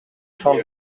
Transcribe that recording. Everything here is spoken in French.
cent